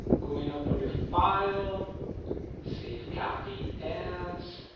going up under file save copy as.